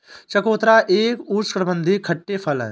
चकोतरा एक उष्णकटिबंधीय खट्टे फल है